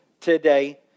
today